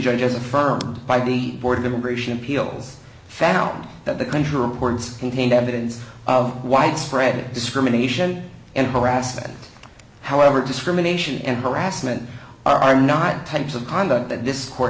judge as affirmed by the board of immigration appeals found that the country reports contained evidence of widespread discrimination and harassment however discrimination and harassment are not types of conduct that this court